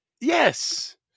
Yes